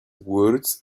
words